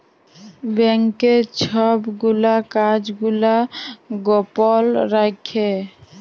ব্যাংকের ছব গুলা কাজ গুলা গপল রাখ্যে